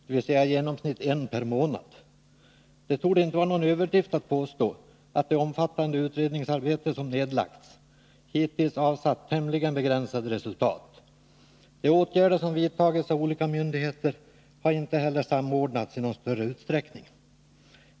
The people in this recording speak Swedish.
Det torde inte vara någon överdrift att påstå att det omfattande utredningsarbete som nedlagts hittills avsatt tämligen begränsade resultat. De åtgärder som vidtagits av olika myndigheter har inte heller samordnats i någon större utsträckning.